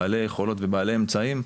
בעלי יכולות ובעלי אמצעים.